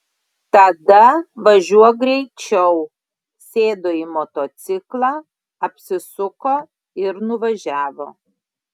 tada važiuok greičiau sėdo į motociklą apsisuko ir nuvažiavo